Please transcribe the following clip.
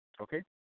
Okay